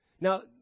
Now